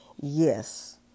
Yes